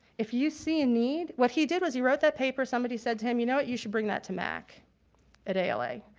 if you see a need, what he did was, he wrote that paper, somebody said to him you know what, you should bring that to mac at ala.